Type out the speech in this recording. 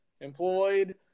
employed